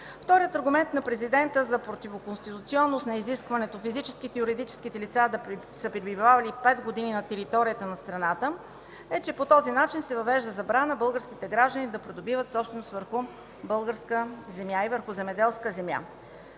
Вторият аргумент на Президента за противоконституционност на изискването физическите и юридическите лица да са пребивавали 5 години на територията на страната е, че по този начин се въвежда забрана българските граждани да придобиват собственост върху българска земя и върху земеделска земя.